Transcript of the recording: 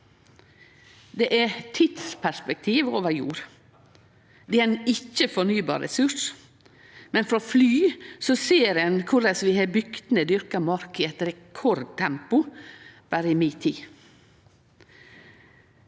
Det er tidsperspektiv over jord. Det er ein ikkje-fornybar ressurs, men frå fly ser ein korleis vi har bygd ned dyrka mark i eit rekordtempo berre i mi tid.